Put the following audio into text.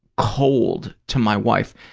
cold to my wife,